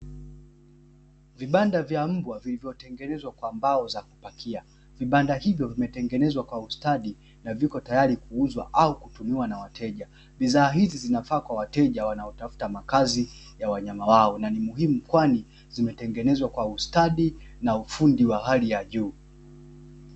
Vibanda vya mbwa vilivyo tengenezwa kwa mbao za kupakia, vibanda hivi vimetengenezwa kwa ustadi vipo tayari kuuzwa au kununua na wateja. Bidhaa hizi zinafaa kwa watu wanaotafuta makazi kwa wanyama wao. Ni muhimu kwani zimetengenezwa kwa ustadi na ufundi wa hali ya juu.